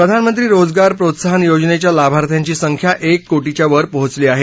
प्रधानमंत्री रोजगार प्रोत्साहन योजनेच्या लाभार्थ्यांची संख्या एक कोटीच्या वर पोचली आहे